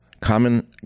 common